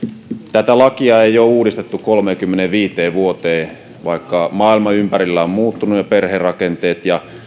tätä lakia ei ole uudistettu kolmeenkymmeneenviiteen vuoteen vaikka maailma ympärillä on muuttunut ja perherakenteet ja